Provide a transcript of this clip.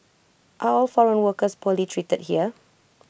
are all foreign workers poorly treated here